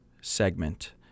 segment